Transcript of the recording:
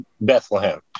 Bethlehem